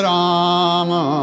Rama